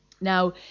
Now